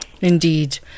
Indeed